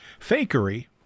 Fakery